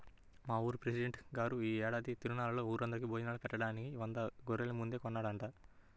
మా ఊరి పెసిడెంట్ గారు యీ ఏడాది తిరునాళ్ళలో ఊరందరికీ భోజనాలు బెట్టడానికి వంద గొర్రెల్ని ముందే కొన్నాడంట